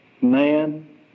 man